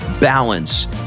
balance